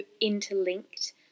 interlinked